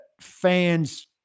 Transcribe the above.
fans